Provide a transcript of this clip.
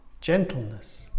Gentleness